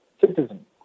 citizen